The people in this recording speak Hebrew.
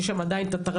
שיש שם עדיין את הטרללת,